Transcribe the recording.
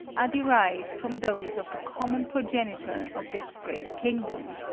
are derived from those of the common progenitor of this great kingdom.